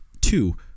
two